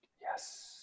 Yes